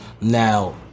Now